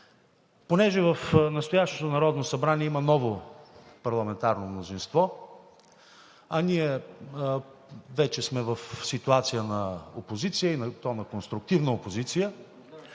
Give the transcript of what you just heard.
Народно събрание има ново парламентарно мнозинство, а ние вече сме в ситуация на опозиция, и то на конструктивна опозиция,